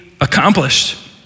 accomplished